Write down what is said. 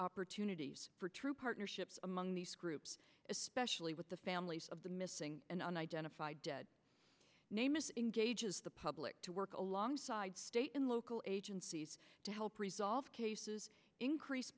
opportunities for true partnerships among these groups especially with the families of the missing and unidentified dead name is engages the public to work alongside state in local agencies to help resolve cases increase